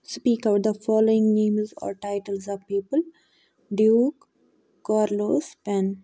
speak out the following names are titles of people duke carlos pen